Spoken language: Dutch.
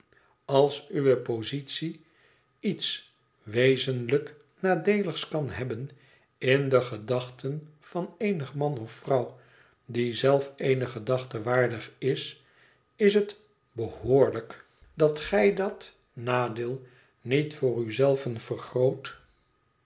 als uwe positie iets wezenlijk nadeeligs kan hebben in de gedachten van eenig man of vrouw die zelf eene gedachte waardig is is het behoorlijk dat gij dat nadeel niet voor u zelve vergroot